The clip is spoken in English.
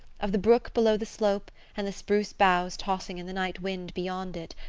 of the brook below the slope and the spruce boughs tossing in the night wind beyond it,